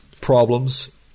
problems